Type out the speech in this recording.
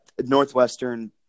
Northwestern